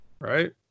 Right